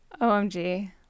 omg